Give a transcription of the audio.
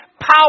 power